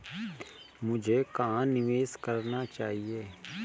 मुझे कहां निवेश करना चाहिए?